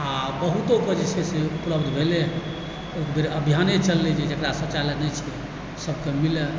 आओर बहुतोके जे छै से उपलब्ध भेलै हँ एकबेर अभियाने चललै जे जकरा शौचालय नहि छैक सबके मिलै